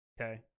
Okay